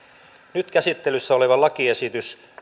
nyt käsittelyssä oleva lakiesitys